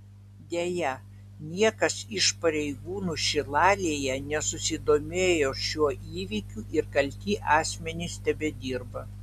deja niekas iš pareigūnų šilalėje nesusidomėjo šiuo įvykiu ir kalti asmenys tebedirba